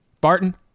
Barton